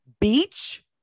Beach